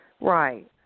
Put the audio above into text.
Right